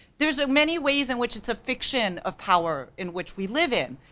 there's so many ways in which it's a fiction of power in which we live in,